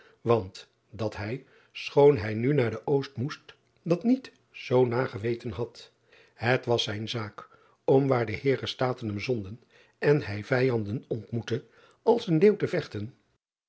want dat hij schoon hij nu naar de ost moest dat niet zoo na geweten had et was driaan oosjes zn et leven van aurits ijnslager zijne zaak om waar de eeren taten hem zonden en hij vijanden ontmoette als een leeuw te vechten